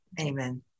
Amen